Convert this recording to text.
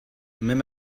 même